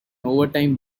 overtime